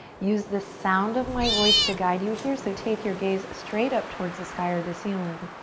use the sound of my voice to guide you here, so take your gaze straight up towards the sky or the ceiling.